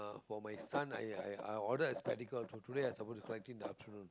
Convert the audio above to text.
for my son I I I order a spectacle so today I'm supposed to collect him that afternoon